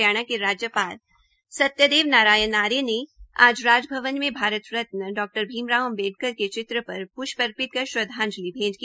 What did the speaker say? हरियाणा के राज्यपाल सत्यदेव नारायाण आर्य ने आज राजभवन में भारत रतन डॉ भीम राव अम्बेडकर के चित्र पर प्ष्प अर्पित कर श्रद्वांजलि भैंट की